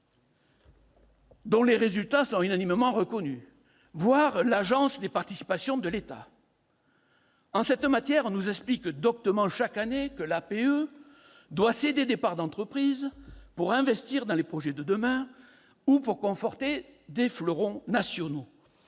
dont les résultats sont unanimement reconnus, voire l'Agence des participations de l'État ? En cette matière, on nous explique doctement chaque année que l'APE doit céder des parts d'entreprises pour investir dans les projets de demain ou pour conforter des fleurons nationaux.